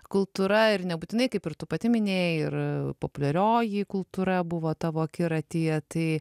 kultūra ir nebūtinai kaip ir tu pati minėjai ir populiarioji kultūra buvo tavo akiratyje tai